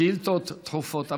שאילתות דחופות.